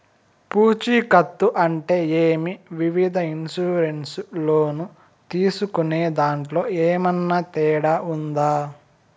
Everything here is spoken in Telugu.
పూచికత్తు అంటే ఏమి? వివిధ ఇన్సూరెన్సు లోను తీసుకునేదాంట్లో ఏమన్నా తేడా ఉందా?